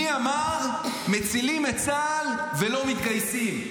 מי אמר: מצילים את צה"ל ולא מתגייסים?